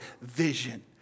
vision